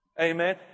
Amen